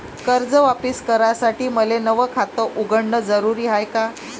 कर्ज वापिस करासाठी मले नव खात उघडन जरुरी हाय का?